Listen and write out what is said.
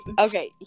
okay